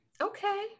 Okay